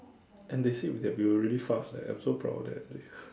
and they said that we are already fast eh I am so proud of that